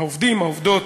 והעובדים והעובדות